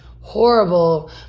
horrible